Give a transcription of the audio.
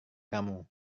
kamu